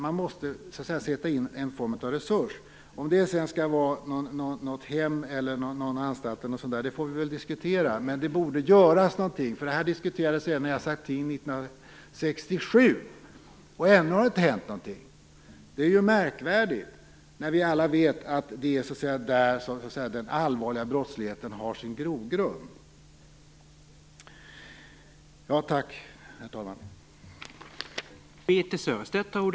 Man måste alltså sätta in en form av resurs. Om det då skall vara fråga om ett hem, en anstalt e.d. får vi väl diskutera. Något borde i varje fall göras. Det här diskuterades även redan 1967, då jag satt ting, och ännu har ingenting hänt. Detta är märkligt. Alla vet vi ju att det är där som den allvarliga brottsligheten har sin grogrund.